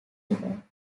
river